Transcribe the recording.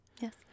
yes